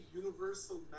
universal